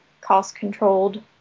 cost-controlled